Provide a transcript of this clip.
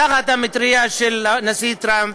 תחת המטרייה של הנשיא טראמפ,